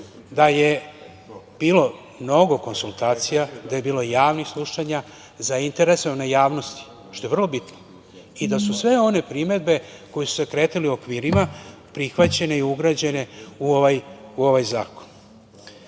da je bilo mnogo konsultacija, da je bilo javnih slušanja, zainteresovane javnosti, što je vrlo bitno i da su sve one primedbe koje su se kretale u okvirima prihvaćene i ugrađene u ovaj zakon. Ono